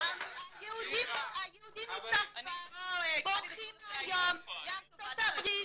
היהודים מצרפת בורחים היום לארצות הברית,